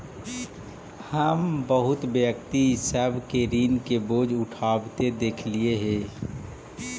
हम बहुत व्यक्ति सब के ऋण के बोझ उठाबित देखलियई हे